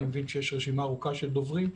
אני מבין שיש רשימה ארוכה של דוברים.